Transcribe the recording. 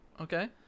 okay